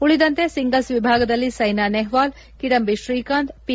ಉಳಿದಂತೆ ಸಿಂಗಲ್ಸ್ ವಿಭಾಗದಲ್ಲಿ ಸೈನಾ ನೆಹ್ವಾಲ್ ಕಿಡಂಬಿ ಶ್ರೀಕಾಂತ್ ಪಿ